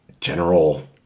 general